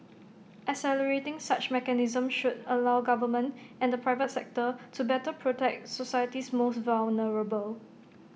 accelerating such mechanisms should allow governments and the private sector to better protect society's most vulnerable